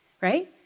right